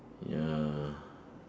ya